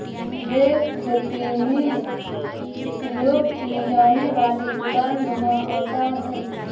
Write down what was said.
rake खेती में प्रयोग की जाने वाली कुदालनुमा औजार है